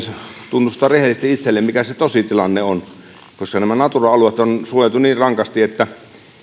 tunnustaa rehellisesti itselleen mikä se tositilanne on koska nämä natura alueet on suojeltu niin rankasti että